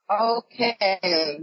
Okay